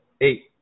Eight